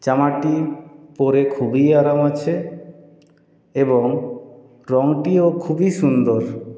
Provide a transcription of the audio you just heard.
জামাটি পরে খুবই আরাম আছে এবং রংটিও খুবই সুন্দর